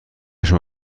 شما